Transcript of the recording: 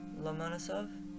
Lomonosov